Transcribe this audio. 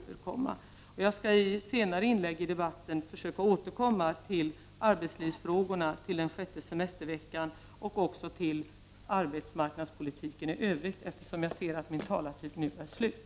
Till arbetslivsfrågorna, till den sjätte semesterveckan och också till arbetsmarknadspolitiken i övrigt återkommer jag i ett senare inlägg i debatten, eftersom jag ser att min taletid nu är slut.